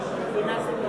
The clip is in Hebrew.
בראש,